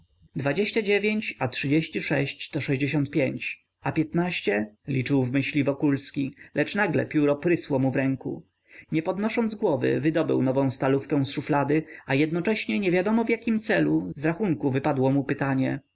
dwadzieścia dziewięć a trzydzieści sześć do sześćdziesiąt pięć a piętnaście liczył w myśli wokulski lecz nagle pióro prysło mu w ręku nie podnosząc głowy wydobył nową stalówkę z szuflady a jednocześnie niewiadomo jakim sposobem z rachunku wypadło mu pytanie